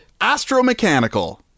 Astromechanical